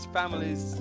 families